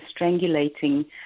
strangulating